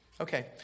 Okay